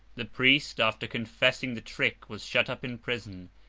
the priest, after confessing the trick, was shut up in prison,